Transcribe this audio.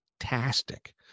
fantastic